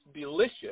delicious